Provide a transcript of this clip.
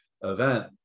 event